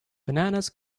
bananas